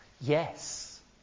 Yes